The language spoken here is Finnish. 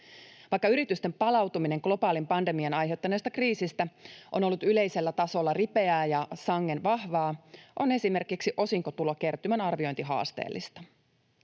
Vaikka yritysten palautuminen globaalin pandemian aiheuttamasta kriisistä on ollut yleisellä tasolla ripeää ja sangen vahvaa, on esimerkiksi osinkotulokertymän arviointi haasteellista.